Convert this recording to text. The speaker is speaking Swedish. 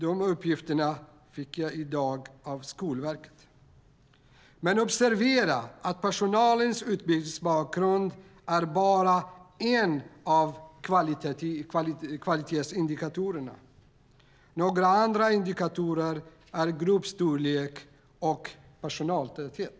Dessa uppgifter fick jag i dag från Skolverket. Observera att personalens utbildningsbakgrund är bara en av kvalitetsindikatorerna. Några andra indikatorer är gruppstorlek och personaltäthet.